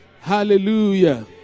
Hallelujah